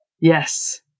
Yes